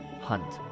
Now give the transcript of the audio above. Hunt